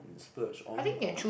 splurge on or